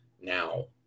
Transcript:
now